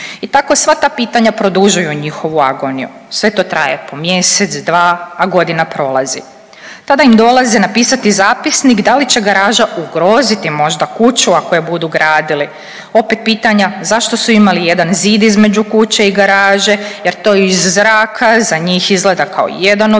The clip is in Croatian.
I tako sva ta pitanja produžuju njihovu agoniju, sve to traje po mjesec, dva, a godina prolazi. Tada im dolaze napisati zapisnik da li će garaža ugroziti možda kuću ako je budu gradili. Opet pitanja, zašto su imali jedan zid između kuće i garaže jer to iz zraka za njih izgleda kao jedan objekt,